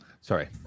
Sorry